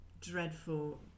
dreadful